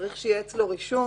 צריך שיהיה אצלו רישום